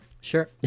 sure